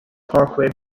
parkway